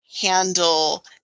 handle